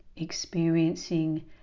experiencing